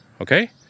okay